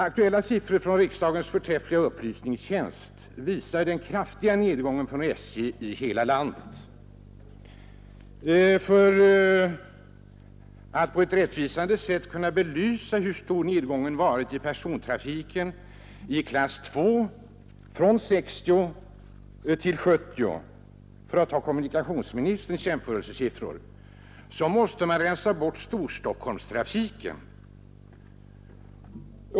Aktuella siffror från riksdagens förträffliga upplysningstjänst visar den kraftiga nedgången för SJ i hela landet. För att på ett rättvisande sätt kunna belysa hur stor nedgången varit i persontrafiken i klass 2 från 1960 till 1970 — för att ta kommunikationsministerns jämförelseår — måste man rensa bort Storstockholms trafikområde.